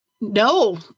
No